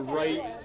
right